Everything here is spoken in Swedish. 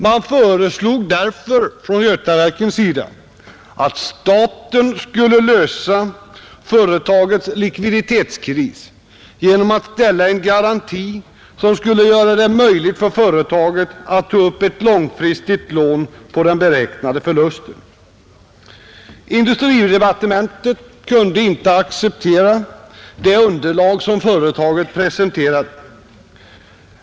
Man föreslog därför från Götaverkens sida att staten skulle lösa företagets likviditetskris genom att ställa en garanti som skulle göra det möjligt för företaget att ta upp ett långfristigt lån på den beräknade förlusten. Industridepartementet kunde inte acceptera det underlag som företaget presenterat.